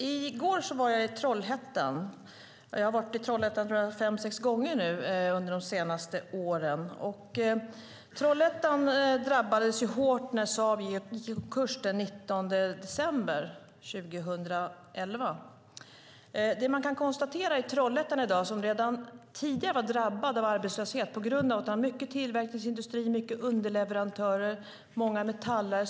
Herr talman! I går var jag i Trollhättan. Jag har varit i Trollhättan fem sex gånger under de senaste åren. Trollhättan drabbades hårt när Saab gick i konkurs den 19 december 2011. Trollhättan var redan tidigare drabbat av arbetslöshet på grund av att de har mycket tillverkningsindustri, många underleverantörer, många metallare.